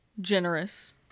generous